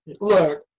look